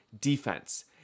defense